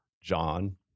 John